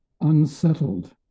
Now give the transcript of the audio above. unsettled